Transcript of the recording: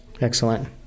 Excellent